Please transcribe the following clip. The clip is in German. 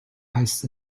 heißt